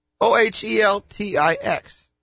O-H-E-L-T-I-X